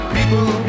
People